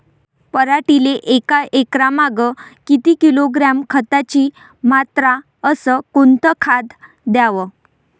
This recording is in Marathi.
पराटीले एकरामागं किती किलोग्रॅम खताची मात्रा अस कोतं खात द्याव?